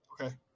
Okay